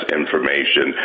information